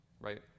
Right